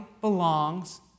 belongs